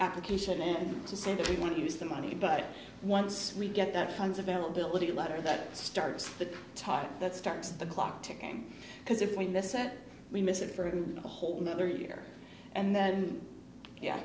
application and to say that we want to use the money but once we get that times availability letter that starts the talk that starts the clock ticking because if we miss that we miss it for a whole nother year and then yeah